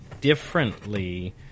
differently